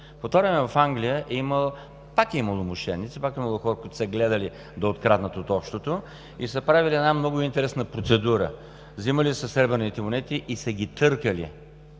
По това време в Англия пак е имало мошеници, пак е имало хора, които са гледали да откраднат от общото и са правили една много интересна процедура – взимали са сребърни монети и са ги търкали,